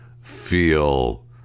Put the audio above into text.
feel